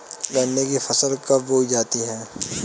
गन्ने की फसल कब बोई जाती है?